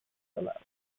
below